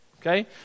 Okay